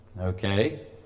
okay